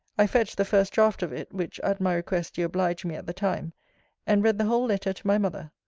i fetched the first draught of it, which at my request you obliged me at the time and read the whole letter to my mother.